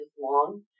long